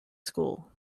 school